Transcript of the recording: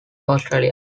australia